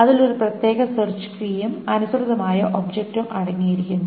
അതിൽ ഒരു പ്രത്യേക സെർച്ച് കീയും അതിനനുസൃതമായ ഒബ്ജക്റ്റും അടങ്ങിയിരിക്കുന്നു